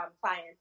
clients